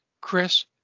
Chris